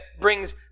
brings